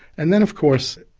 and then of course,